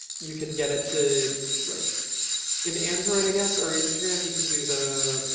you can get it to like in android, i guess, or instagram, you can do the